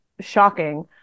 shocking